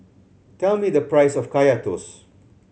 tell me the price of Kaya Toast